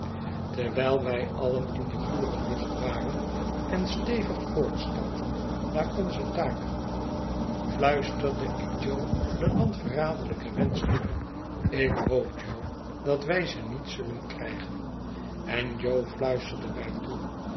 terwijl wij alien in de gure lucht waren en stevig voortstapten naar onze taak fluisterde ik jo den landverraderlijken wensch toe ik hoop jo dat wij ze niet zullen krijgen en jo fluisterde mij toe